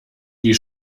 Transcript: die